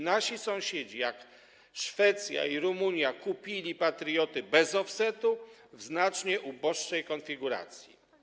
Nasi sąsiedzi, jak Szwecja i Rumunia, kupili patrioty bez offsetu, w znacznie uboższej konfiguracji.